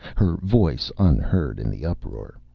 her voice unheard in the uproar.